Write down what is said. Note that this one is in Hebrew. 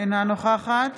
אינה נוכחת